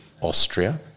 Austria